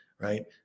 right